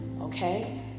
Okay